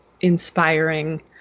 inspiring